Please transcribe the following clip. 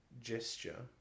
gesture